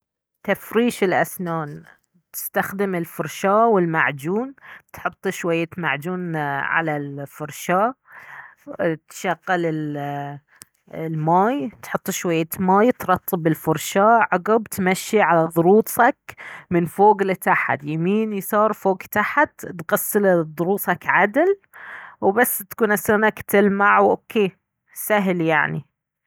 تفريش الاسنان تستخدم الفرشاة والمعجون تحط شوية معجون على الفرشاة تشغل الماي تحط شوية ماي ترطب الفرشاة عقب تمشي على ضروسك من فوق لتحت يمين يسار فوق تحت تغسل ضروسك عدل وبس تكون اسنانك تلمع واوكي سهل يعني